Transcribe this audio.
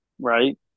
right